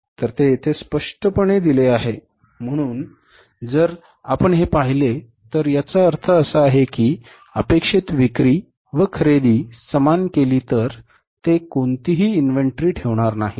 तर ते येथे स्पष्टपणे दिले आहे म्हणून जर आपण हे पाहिले तर याचा अर्थ असा आहे की अपेक्षित विक्री व खरेदी समान केली तर ते कोणतीही इन्व्हेंटरी ठेवणार नाहीत